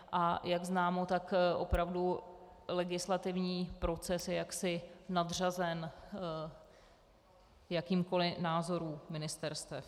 A jak známo, tak opravdu legislativní proces je jaksi nadřazen jakýmkoliv názorům ministerstev.